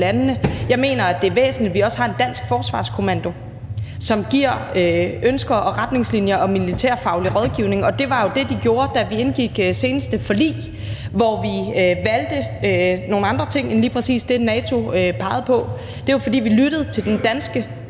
landene. Jeg mener, det er væsentligt, at vi også har en dansk forsvarskommando, som giver ønsker og retningslinjer og militærfaglig rådgivning. Og det var jo det, de gjorde, da vi indgik det seneste forlig, hvor vi valgte nogle andre ting end lige præcis det, NATO pegede på. Det var, fordi vi lyttede til den danske